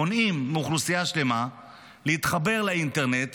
מונעים מאוכלוסייה שלמה להתחבר לאינטרנט